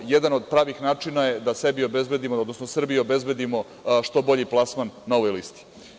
Jedan od pravih načina je da sebi obezbedimo, odnosno da Srbiji obezbedimo što bolji plasman na ovoj listi.